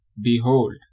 behold